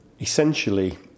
essentially